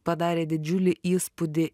padarė didžiulį įspūdį